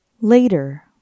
Later